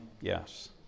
yes